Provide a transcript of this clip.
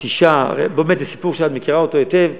נטישה, באמת, זה סיפור שאת מכירה היטב.